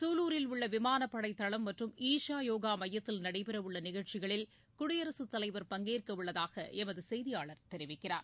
சூலூரில் உள்ள விமானப் படை தளம் மற்றும் ஈசா யோகா மையத்தில் நடைபெறவுள்ள நிகழ்ச்சிகளில் குடியரசுத் தலைவர் பங்கேற்கவுள்ளதாக எமது செய்தியாளர் தெரிவிக்கிறார்